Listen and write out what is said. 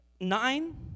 nine